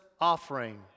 offering